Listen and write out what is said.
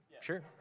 Sure